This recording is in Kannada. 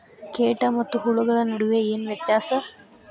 ಕೇಟ ಮತ್ತು ಹುಳುಗಳ ನಡುವೆ ಏನ್ ವ್ಯತ್ಯಾಸ?